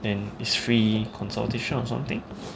then is free consultation or something